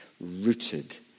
rooted